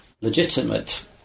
legitimate